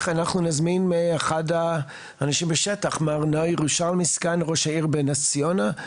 סגן ראש העיר בנס ציונה,